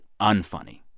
unfunny